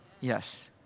Yes